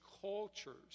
cultures